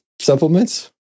supplements